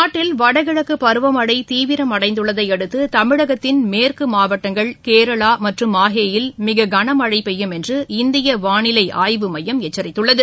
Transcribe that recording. நாட்டில் வடகிழக்கு பருவமழை தீவிரமடைந்துள்ளதையடுத்து தமிழகத்தின் மேற்கு மாவட்டங்கள் கேரளா மற்றும் மாஹேயில் மிக கன மழை பெய்யும் என்று இந்திய வானிலை ஆய்வு மையம் எச்சரித்துள்ளது